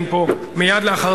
ושלישית בוועדת